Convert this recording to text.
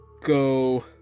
go